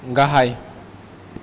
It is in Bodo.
गाहाय